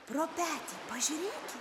pro petį pažiūrėki